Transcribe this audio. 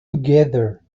together